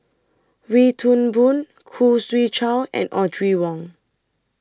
Wee Toon Boon Khoo Swee Chiow and Audrey Wong